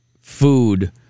food